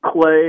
Clay